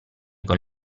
con